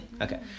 Okay